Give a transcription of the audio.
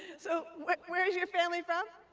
so where where is your family from?